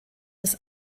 des